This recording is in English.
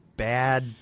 Bad